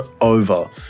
over